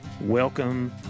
Welcome